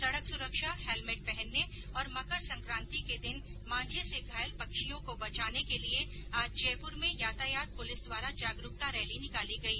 सड़क सुरक्षा हेलमेट पहनने और मकर सकांति के दिन मांझे से घायल पक्षियों को बचाने के लिये आज जयपुर में यातायात पुलिस द्वारा जागरूकता रैली निकाली गई